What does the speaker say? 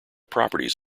properties